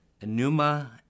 Enuma